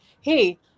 hey